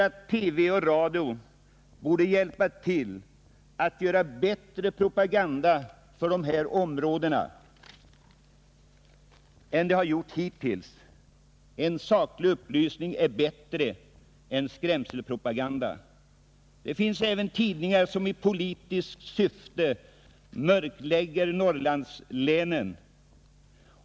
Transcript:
TV och radio borde hjälpa till att göra bättre propaganda för dessa områden än de gjort hittills. Saklig upplysning är bättre än skrämselpropaganda. Det finns även tidningar som i politiskt syfte mörklägger Norrlandslänen.